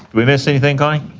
we miss anything, connie?